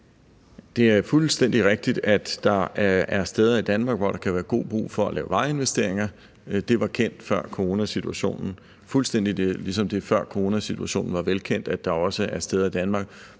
rigtigt, at der er steder i Danmark, hvor der kan være god brug for at lave vejinvesteringer. Det var kendt før coronasituationen, fuldstændig ligesom det før coronasituationen var velkendt, at der også er steder i Danmark,